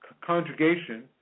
conjugation